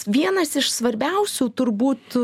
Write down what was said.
vienas iš svarbiausių turbūt